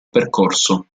percorso